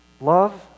Love